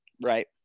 Right